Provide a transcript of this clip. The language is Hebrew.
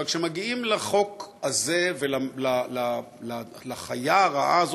אבל כשמגיעים לחוק הזה ולחיה הרעה הזאת,